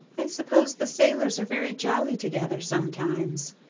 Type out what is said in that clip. i suppose the sailors are very jolly together sometimes,